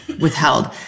withheld